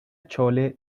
chole